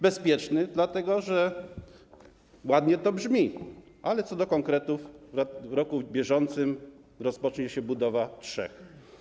Bezpieczny dlatego, że ładnie to brzmi, ale co do konkretów - w roku bieżącym rozpocznie się budowa trzech.